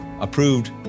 approved